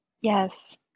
yes